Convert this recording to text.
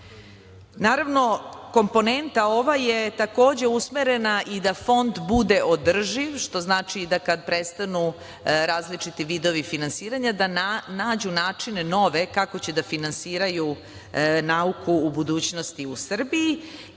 komponenta ova je takođe usmerena i da fond bude održiv, što znači da kada prestanu različiti vidovi finansiranja da nađu način novi kako će da finansiraju nauku u budućnosti u Srbiji. Ono